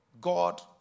God